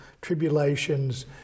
tribulations